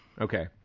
Okay